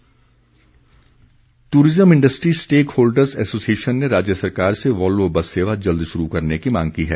मांग tourism industry stakeholders association ने राज्य सरकार से वॉल्वो बस सेवा जल्द शुरू करने की मांग की है